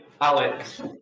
Alex